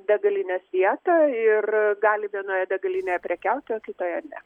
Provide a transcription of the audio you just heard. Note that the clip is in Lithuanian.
degalinės vietą ir gali vienoje degalinėje prekiauti o kitoje ne